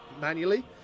manually